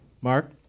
Mark